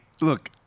look –